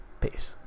Peace